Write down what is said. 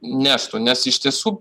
neštų nes iš tiesų